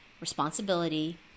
responsibility